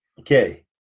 Okay